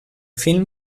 film